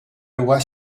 loi